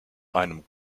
einem